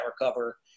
recover